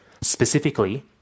specifically